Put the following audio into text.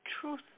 truth